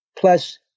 plus